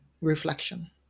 reflection